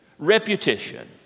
Reputation